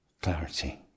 clarity